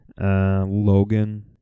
Logan